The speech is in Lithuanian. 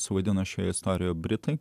suvaidino šioje istorijoje britai